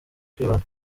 kwibana